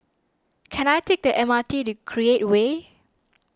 can I take the M R T to Create Way